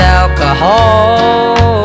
alcohol